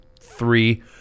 three